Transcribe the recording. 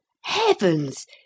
Heavens